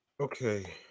okay